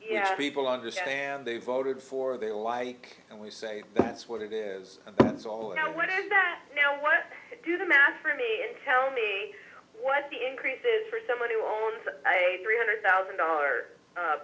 thing people understand they voted for they lie and we say that's what it is now whether that now what do the math for me is tell me what the increases for somebody who owns a three hundred thousand dollar